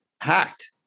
hacked